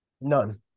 None